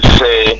say